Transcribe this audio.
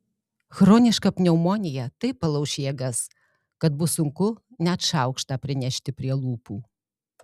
chroniška pneumonija taip palauš jėgas kad bus sunku net šaukštą prinešti prie lūpų